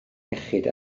iechyd